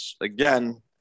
again